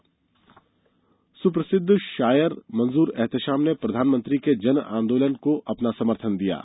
जन आंदोलन सुप्रसिद्ध शायर मंजूर एहतेशाम ने प्रधानमंत्री के जन आंदोलन को अपना समर्थन दिया है